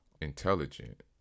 intelligent